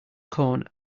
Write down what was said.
corn